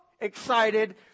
excited